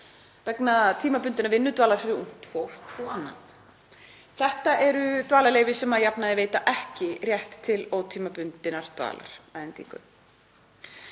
vegna tímabundinnar vinnudvalar fyrir ungt fólk og annað. Þetta eru dvalarleyfi sem að jafnaði veita ekki rétt til ótímabundinnar dvalar að endingu.